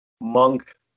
monk